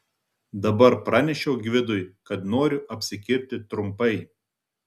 dabar pranešiau gvidui kad noriu apsikirpti trumpai